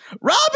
Rob